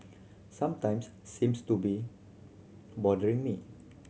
sometimes seems to be bothering me